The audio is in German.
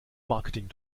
marketing